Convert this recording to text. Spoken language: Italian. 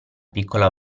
piccola